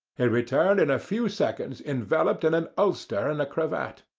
he returned in a few seconds enveloped in an ulster and a cravat.